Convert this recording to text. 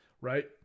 right